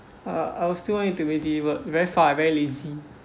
uh I will still need it to be delivered very far very lazy